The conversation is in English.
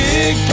Big